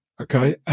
okay